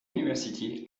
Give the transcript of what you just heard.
university